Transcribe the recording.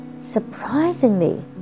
Surprisingly